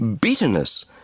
bitterness